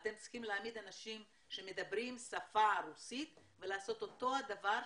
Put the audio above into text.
אתם צריכים להעמיד אנשים שמדברים בשפה הרוסית ולעשות אותו הדבר,